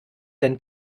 denn